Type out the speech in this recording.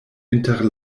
inter